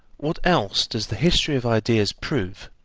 what else does the history of ideas prove,